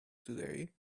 today